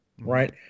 right